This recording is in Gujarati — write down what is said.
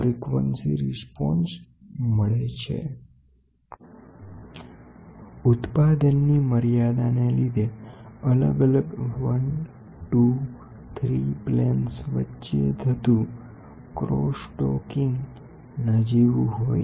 તેને 1 2 3 સમતલ મા માપન માટે રચના કરી શકાયઉત્પાદન પ્રક્રિયા ની મર્યાદાને લીધે અલગ અલગ 1 2 3 સમતલ વચ્ચે થતું ક્રોસ ટોકિંગ નજીવુ હોય છે